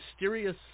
mysterious